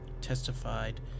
testified